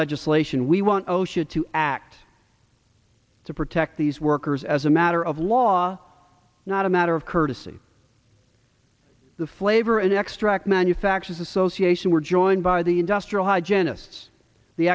legislation we want osha to act to protect these workers as a matter of law not a matter of courtesy the flavor and extract manufacturers association we're joined by the industrial hi janice the